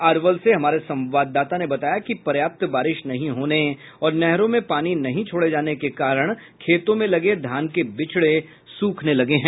अरवल से हमारे संवाददाता ने बताया कि पर्याप्त बारिश नहीं होने और नहरों में पानी नहीं छोड़े जाने के कारण खेतों में लगे धान के बिचड़े सूखने लगे हैं